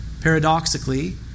Paradoxically